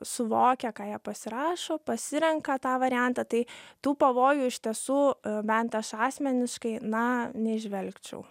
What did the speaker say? suvokia ką jie pasirašo pasirenka tą variantą tai tų pavojų iš tiesų bent aš asmeniškai na neįžvelgčiau